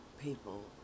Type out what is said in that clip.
people